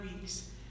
weeks